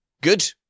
Good